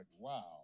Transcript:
wow